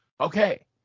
Okay